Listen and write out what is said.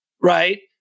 Right